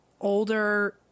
older